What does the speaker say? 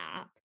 app